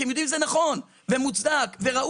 כי הם יודעים שזה נכון ומוצדק וראוי.